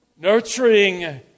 Nurturing